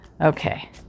Okay